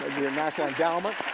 the and national endowment